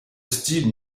style